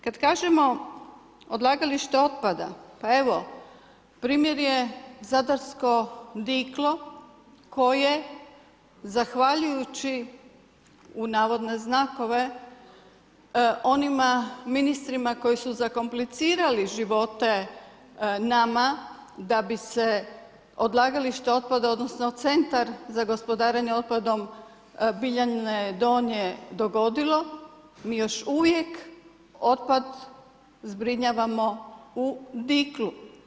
Kada kažemo odlagalište otpada, pa evo, primjer je zadarsko Diklo, koje „zahvaljujući„ onima ministrima koji su zakomplicirali živote nama, da bi se odlagalište otpada, odnosno, centar za gospodarenje otokom, Biljane Donje dogodilo, mi još uvijek otpad zbrinjavamo u Diklu.